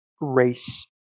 race